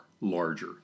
larger